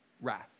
wrath